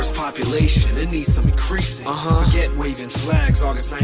population, it needs some increasing. forget waving flags, august nine,